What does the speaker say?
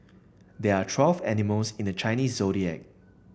there are twelve animals in the Chinese Zodiac